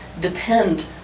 depend